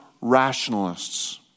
rationalists